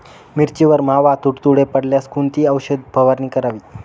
मिरचीवर मावा, तुडतुडे पडल्यास कोणती औषध फवारणी करावी?